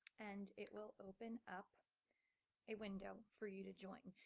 and it will open up a window for you to join.